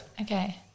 Okay